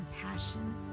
compassion